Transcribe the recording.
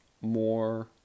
more